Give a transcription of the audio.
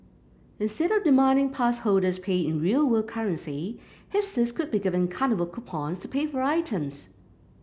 instead of demanding pass holders pay in real world currency hipsters could be given carnival coupons to pay for items